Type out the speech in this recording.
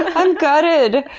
ah i'm gutted!